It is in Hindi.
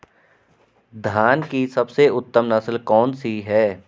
धान की सबसे उत्तम नस्ल कौन सी है?